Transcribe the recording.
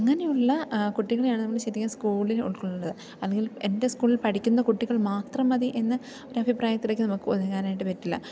അങ്ങനെയുള്ള കുട്ടികളെയാണ് നമ്മൾ ശരിക്കും സ്കൂളിൽ ഉൾക്കൊള്ളേണ്ടത് അല്ലെങ്കിൽ എൻ്റെ സ്കൂളിൽ പഠിക്കുന്ന കുട്ടികൾ മാത്രം മതി എന്ന ഒരു അഭിപ്രായത്തിലേക്ക് നമുക്ക് ഒതുങ്ങാനായിട്ട് പറ്റില്ല